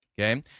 Okay